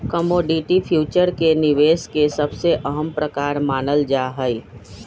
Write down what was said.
commodity future के निवेश के सबसे अहम प्रकार मानल जाहई